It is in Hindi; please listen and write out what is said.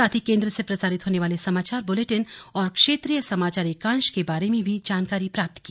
साथ ही केंद्र से प्रसारित होने वाले समाचार ब्लेटिन और क्षेत्रीय समाचार एकांश के बारे में जानकारी प्राप्त की